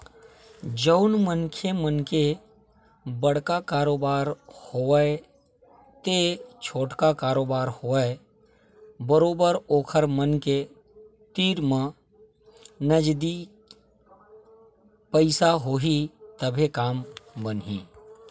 जउन मनखे मन के बड़का कारोबार होवय ते छोटका कारोबार होवय बरोबर ओखर मन के तीर म नगदी पइसा होही तभे काम बनही